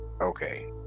Okay